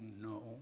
no